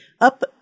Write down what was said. up